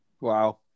Wow